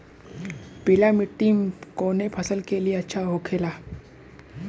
पीला मिट्टी कोने फसल के लिए अच्छा होखे ला?